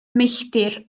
milltir